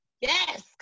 Yes